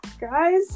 Guys